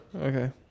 Okay